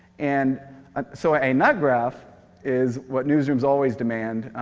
and so a nut graf is what newsrooms always demand,